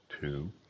two